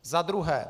Za druhé.